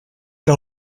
que